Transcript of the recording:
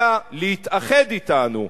אלא להתאחד אתנו.